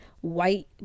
white